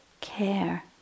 Care